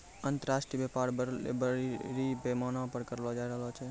अन्तर्राष्ट्रिय व्यापार बरड़ी पैमाना पर करलो जाय रहलो छै